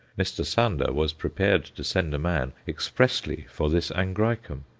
mr. sander was prepared to send a man expressly for this angraecum.